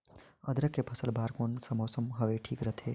अदरक के फसल बार कोन सा मौसम हवे ठीक रथे?